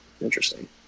Interesting